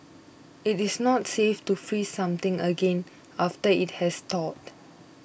it is not safe to freeze something again after it has thawed